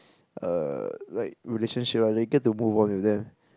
err like relationship ah like you get to move on with them